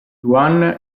juan